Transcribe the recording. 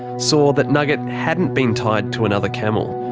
saw that nugget hadn't been tied to another camel.